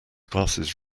classes